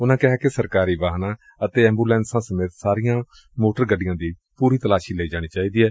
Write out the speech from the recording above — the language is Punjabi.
ਉਨੂਾ ਕਿਹਾ ਕਿ ਸਰਕਾਰੀ ਵਾਹਨਾਂ ਅਤੇ ਐਂਬੂਲੈਂਸਾਂ ਸਮੇਤ ਸਾਰੀਆਂ ਮੋਟਰ ਗੱਡੀਆਂ ਦੀ ਪੁਰੀ ਤਲਾਸ਼ੀ ਲਈ ਜਾਣੀ ਚਾਹੀਦੀ ਏ